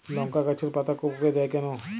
লংকা গাছের পাতা কুকড়ে যায় কেনো?